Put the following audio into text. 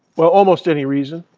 well, almost any reason.